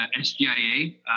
SGIA